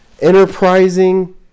enterprising